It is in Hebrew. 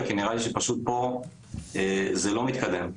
כי נראה לי שפשוט פה זה לא מתקדם,